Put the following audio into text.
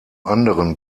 anderen